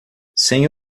sem